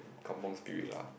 kampung Spirit lah